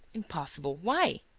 impossible! why?